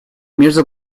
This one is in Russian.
между